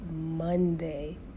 Monday